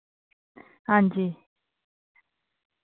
हां जी